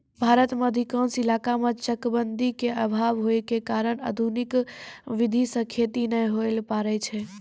भारत के अधिकांश इलाका मॅ चकबंदी के अभाव होय के कारण आधुनिक विधी सॅ खेती नाय होय ल पारै छै